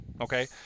Okay